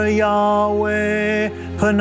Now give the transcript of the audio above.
Yahweh